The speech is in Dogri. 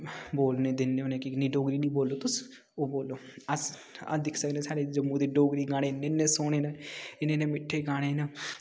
बोलने दिन्ने होन्ने कि निं डोगरी नेईं बोलो तुस ओह् बोलो अस दिक्खी सकने साढ़े जम्मू दे डोगरी गाने इन्ने इन्ने सोह्ने न इन्ने इन्ने मिट्ठे गाने न